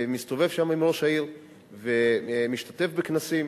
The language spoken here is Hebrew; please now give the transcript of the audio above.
ומסתובב שם עם ראש העיר ומשתתף בכנסים